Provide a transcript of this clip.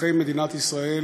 לאזרחי מדינת ישראל